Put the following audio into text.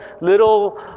little